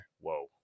Whoa